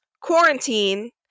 quarantine